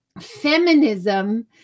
feminism